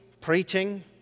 preaching